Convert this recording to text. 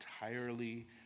entirely